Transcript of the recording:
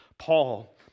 Paul